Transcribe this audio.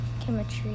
Chemistry